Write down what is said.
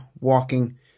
walking